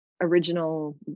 original